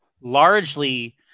largely